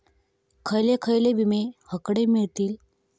खयले खयले विमे हकडे मिळतीत?